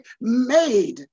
made